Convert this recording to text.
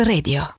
Radio